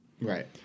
Right